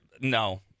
no